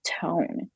tone